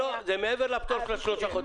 זה מעבר לפטור של השלושה חודשים.